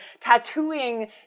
tattooing